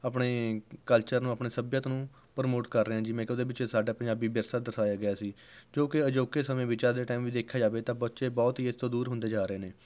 ਆਪਣੇ ਕਲਚਰ ਨੂੰ ਆਪਣੇ ਸੱਭਿਅਤਾ ਨੂੰ ਪ੍ਰਮੋਟ ਕਰ ਰਿਹਾ ਹਾਂ ਜਿਵੇਂ ਕਿ ਉਹਦੇ ਪਿੱਛੇ ਸਾਡਾ ਪੰਜਾਬੀ ਵਿਰਸਾ ਦਰਸਾਇਆ ਗਿਆ ਸੀ ਕਿਉਂਕਿ ਅਜੋਕੇ ਸਮੇਂ ਵਿੱਚ ਅੱਜ ਦੇ ਟਾਈਮ 'ਚ ਦੇਖਿਆ ਜਾਵੇ ਤਾਂ ਬੱਚੇ ਬਹੁਤ ਹੀ ਇਸ ਤੋਂ ਦੂਰ ਹੁੰਦੇ ਜਾ ਰਹੇ ਨੇ